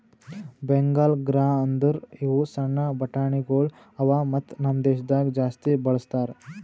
Bengal gram ಅಂದುರ್ ಇವು ಸಣ್ಣ ಬಟಾಣಿಗೊಳ್ ಅವಾ ಮತ್ತ ನಮ್ ದೇಶದಾಗ್ ಜಾಸ್ತಿ ಬಳ್ಸತಾರ್